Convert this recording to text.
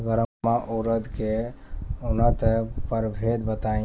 गर्मा उरद के उन्नत प्रभेद बताई?